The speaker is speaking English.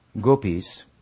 gopis